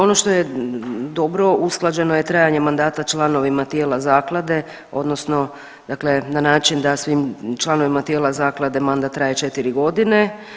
Ono što je dobro, usklađeno je trajanje mandata članovima tijela zaklade odnosno dakle na način da svim članovima tijela zaklade mandat traje 4 godine.